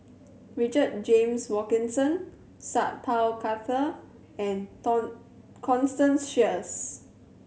Richard James Wilkinson Sat Pal Khattar and Constance Sheares